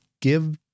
give